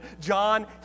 John